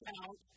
out